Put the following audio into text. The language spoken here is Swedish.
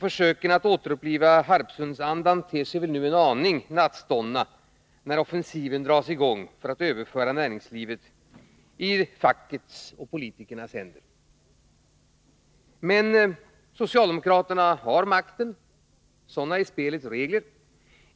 Försöken att återuppliva Harpsundsandan ter sig nu en aning nattståndna, när offensiven dras i gång för att överföra näringslivet i fackets och politikernas händer. Men socialdemokraterna har makten. Sådana är spelets regler.